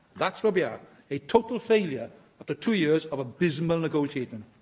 that's where we are a total failure after two years of abysmal negotiating.